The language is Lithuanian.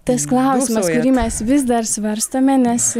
tas klausimas kurį mes vis dar svarstome nes